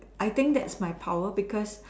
I think that's my power because